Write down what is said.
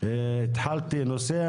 התחלתי נושא,